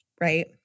right